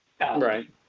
right